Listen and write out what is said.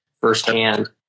firsthand